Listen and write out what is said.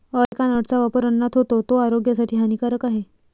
areca नटचा वापर अन्नात होतो, तो आरोग्यासाठी हानिकारक आहे